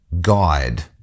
guide